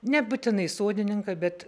nebūtinai sodininką bet